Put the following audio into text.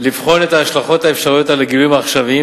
לבחון את ההשלכות האפשריות של הגילויים העכשוויים